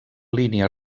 línia